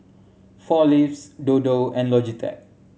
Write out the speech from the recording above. Four Leaves Dodo and Logitech